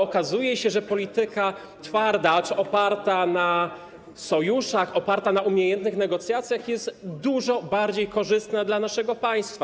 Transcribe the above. Okazuje się, że polityka twarda, acz oparta na sojuszach i umiejętnych negocjacjach, jest dużo bardziej korzystna dla naszego państwa.